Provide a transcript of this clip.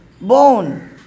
Bone